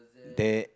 they